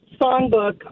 songbook